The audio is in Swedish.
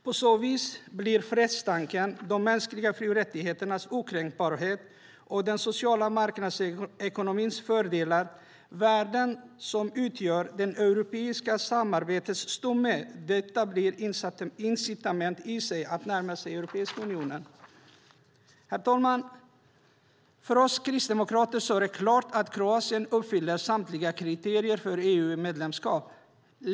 På så vis blir fredstanken, de mänskliga fri och rättigheternas okränkbarhet och den sociala marknadsekonomins fördelar värden som utgör det europeiska samarbetets stomme. Det blir i sig ett incitament att närma sig Europeiska unionen. Herr talman! För oss kristdemokrater står det klart att Kroatien uppfyller samtliga kriterier för EU-medlemskap.